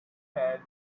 had